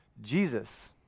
Jesus